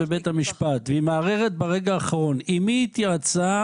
מערערת ברגע האחרון עם מי היא התייעצה